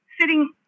sitting